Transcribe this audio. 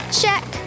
Check